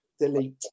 Delete